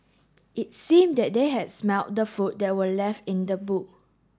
it seemed that they had smelt the food that were left in the boot